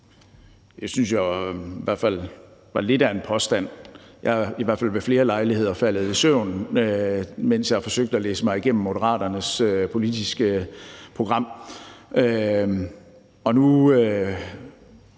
i hvert fald var lidt af en påstand; jeg er i hvert fald ved flere lejligheder faldet i søvn, mens jeg har forsøgt at læse mig igennem Moderaternes politiske program. Og nu